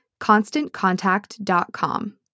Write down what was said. ConstantContact.com